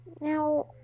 Now